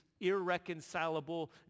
irreconcilable